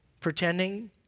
pretending